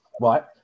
right